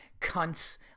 cunts